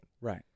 Right